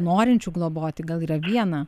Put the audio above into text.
norinčių globoti gal yra viena